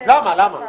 אז למה, למה?